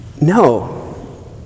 No